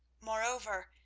moreover,